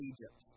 Egypt